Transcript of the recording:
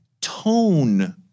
tone